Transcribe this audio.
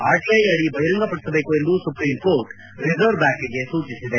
RTI ಅಡಿ ಬಹಿರಂಗಪಡಿಸಬೇಕು ಎಂದು ಸುಪ್ರೀಂ ಕೋರ್ಟ್ ರಿಸರ್ವ್ ಬ್ಲಾಂಕ್ಗೆ ಸೂಚಿಸಿದೆ